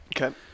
Okay